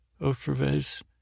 Otravez